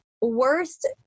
Worst